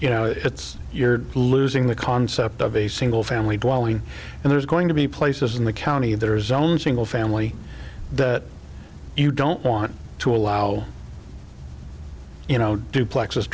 you know it's you're losing the concept of a single family dwelling and there's going to be places in the county there's only a single family that you don't want to allow you know duplex